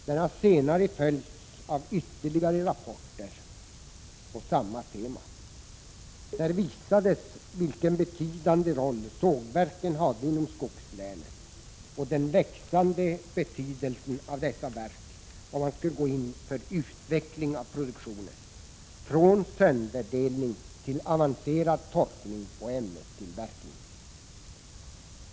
Den har senare följts av ytterligare rapporter på samma tema. Där visades vilken betydande roll sågverken hade inom skogslänen och den växande betydelsen av dessa verk om man skulle gå in för utveckling av produktionen från sönderdelning till avancerad torkning och ämnestillverkning.